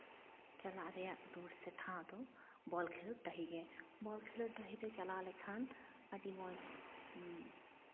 ᱪᱟᱞᱟᱜ ᱨᱮᱭᱟᱜ ᱨᱩᱣᱟᱹᱲ ᱥᱮ ᱴᱷᱟᱶ ᱫᱚ ᱵᱚᱞ ᱠᱷᱮᱞᱚᱰ ᱰᱟᱺᱦᱤ ᱜᱮ ᱵᱚᱞ ᱠᱷᱮᱞᱳᱰ ᱰᱟᱺᱦᱤᱨᱮ ᱪᱟᱞᱟᱣ ᱞᱮᱠᱷᱟᱱ ᱟᱹᱰᱤ ᱢᱚᱡᱽ